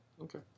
Okay